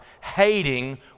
hating